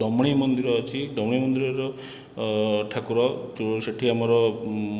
ଡମଣେଇ ମନ୍ଦିର ଅଛି ଡମଣେଇ ମନ୍ଦିରର ଠାକୁର ଯେଉଁ ସେଇଠି ଆମର